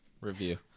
Review